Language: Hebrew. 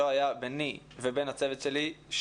‏לא היה שום שיח איתי ועם הצוות שלי.